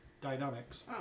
dynamics